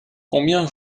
combien